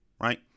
right